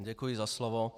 Děkuji za slovo.